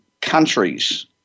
countries